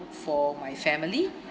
for my family